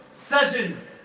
sessions